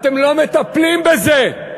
אתם לא מטפלים בזה.